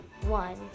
One